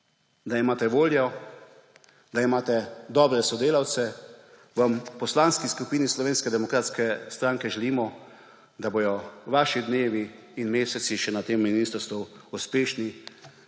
da imate voljo, da imate dobre sodelavce, vam v Poslanski skupini Slovenske demokratske stranke želimo, da bodo vaši dnevi in meseci na tem ministrstvu uspešni,